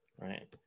right